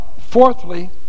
Fourthly